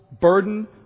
burden